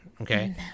Okay